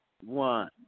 One